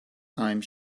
time